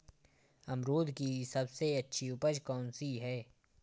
अमरूद की सबसे अच्छी उपज कौन सी है?